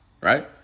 right